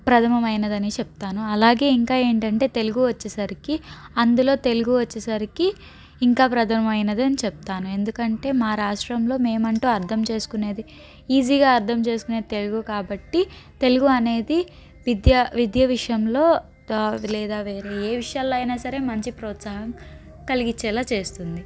ప్రథమమైనదనే చెప్తాను అలాగే ఇంకా ఏంటంటే తెలుగు వచ్చేసరికి అందులో తెలుగు వచ్చేసరికి ఇంకా ప్రథమమైనదని చెప్తాను ఎందుకంటే మా రాష్ట్రంలో మేము అంటూ అర్థం చేసుకునేది ఈజీగా అర్థం చేసుకునేది తెలుగు కాబట్టి తెలుగు అనేది విద్యా విద్య విషయంలో లేదా వేరే ఏ విషయాల్లో అయినా సరే మంచి ప్రోత్సాహం కలిగించేలా చేస్తుంది